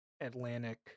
Atlantic